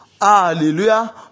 Hallelujah